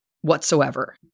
whatsoever